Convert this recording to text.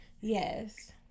Yes